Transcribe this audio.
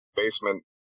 basement